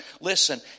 Listen